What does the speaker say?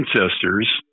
ancestors